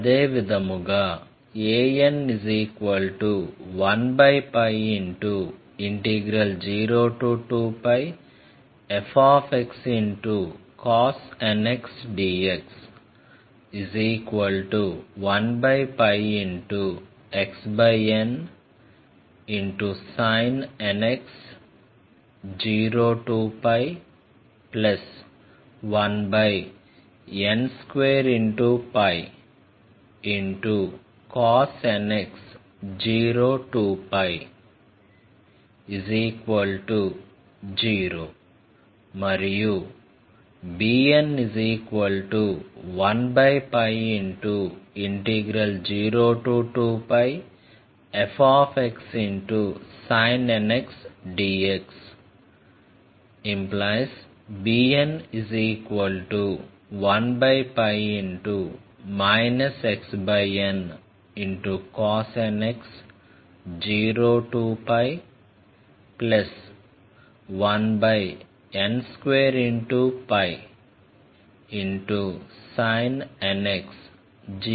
అదేవిధంగా an102πfxcos nx dx1xnsin nx 02π1n2cos nx 02π0 మరియు bn102πfxsin nx dxbn1 xncos nx 02π1n2sin nx 02π 2n